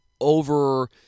over